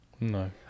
No